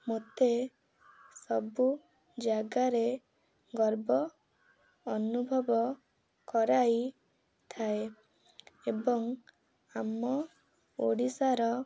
ମୋତେ ସବୁ ଜାଗାରେ ଗର୍ବ ଅନୁଭବ କରାଇଥାଏ ଏବଂ ଆମ ଓଡ଼ିଶାର